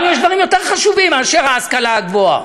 לנו יש דברים יותר חשובים מאשר ההשכלה הגבוהה.